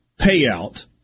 payout